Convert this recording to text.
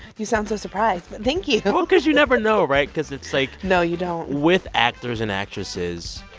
you sound so surprised but thank you well, because you never know, right? because it's, like. no, you don't with actors and actresses,